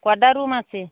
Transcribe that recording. কটা রুম আছে